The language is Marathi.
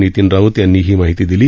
नितीन राऊत यांनी ही माहिती दिली